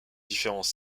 différents